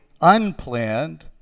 unplanned